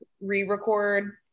re-record